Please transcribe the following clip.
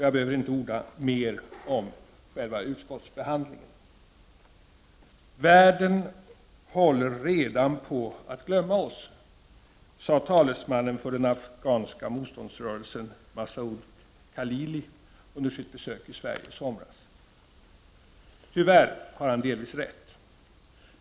Jag behöver inte orda mer om själva utskottsbehandlingen. Världen håller redan på att glömma oss, sade talesmannen för den afghanska motståndsrörelsen Massoud Khalili under sitt besök i Sverige i somras. Tyvärr har han delvis rätt.